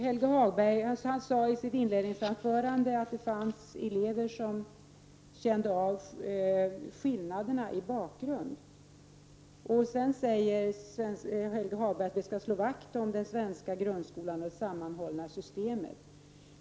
Helge Hagberg sade i sitt inledningsanförande att det fanns elever som kände av skillnaderna i bakgrund. Sedan sade Helge Hagberg att vi skall slå vakt om den svenska grundskolan och det sammanhållna systemet.